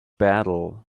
battle